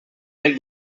del